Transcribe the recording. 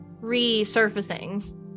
resurfacing